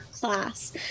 class